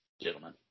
gentlemen